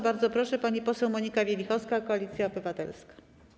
Bardzo proszę, pani poseł Monika Wielichowska, Koalicja Obywatelska.